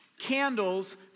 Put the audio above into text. candles